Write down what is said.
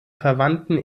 verwandten